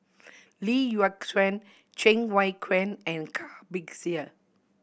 Lee Yock Suan Cheng Wai Keung and Car Bixia